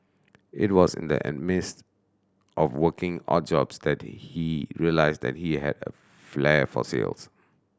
it was in the an midst of working odd jobs that he realised that he had a flair for sales